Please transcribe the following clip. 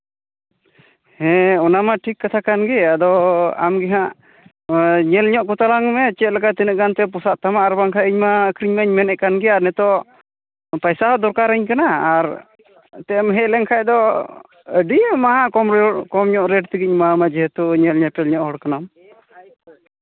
ᱦᱮᱸ ᱚᱱᱟ ᱢᱟ ᱴᱷᱤᱠ ᱠᱟᱛᱷᱟ ᱠᱟᱱᱜᱮ ᱟᱫᱚ ᱟᱢ ᱜᱮᱦᱟᱸᱜ ᱧᱮᱞ ᱧᱚᱜ ᱠᱚᱛᱟ ᱞᱟᱝ ᱢᱮ ᱪᱮᱫ ᱞᱮᱠᱟ ᱛᱤᱱᱟᱹᱜ ᱜᱟᱱᱛᱮ ᱯᱳᱥᱟᱜ ᱛᱟᱢᱟ ᱟᱨ ᱵᱟᱝᱠᱷᱟᱱ ᱤᱧ ᱢᱟ ᱟᱠᱷᱨᱤᱧ ᱢᱟᱧ ᱢᱮᱱᱮᱫ ᱠᱟᱱᱜᱮ ᱟᱨ ᱱᱤᱛᱚᱜ ᱯᱚᱭᱥᱟ ᱦᱚᱸ ᱫᱚᱨᱠᱟᱨ ᱟᱹᱧ ᱠᱟᱱᱟ ᱟᱨ ᱮᱱᱛᱮᱫ ᱮᱢ ᱦᱮᱡ ᱞᱮᱱᱠᱷᱟᱱ ᱫᱚ ᱟᱹᱰᱤ ᱢᱟᱦᱟ ᱠᱚᱢ ᱨᱮᱲ ᱠᱚᱢ ᱧᱚᱜ ᱨᱮᱹᱴ ᱛᱮᱜᱮᱧ ᱮᱢᱟᱣᱢᱟ ᱡᱮᱦᱮᱛᱩ ᱧᱮᱞ ᱧᱮᱯᱮᱞ ᱧᱚᱜ ᱦᱚᱲ ᱠᱟᱱᱟᱢ